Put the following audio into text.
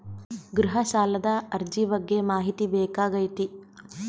ಗೃಹ ಸಾಲದ ಅರ್ಜಿ ಬಗ್ಗೆ ಮಾಹಿತಿ ಬೇಕಾಗೈತಿ?